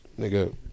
Nigga